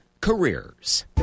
Careers